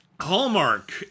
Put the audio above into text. Hallmark